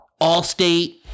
Allstate